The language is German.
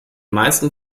meisten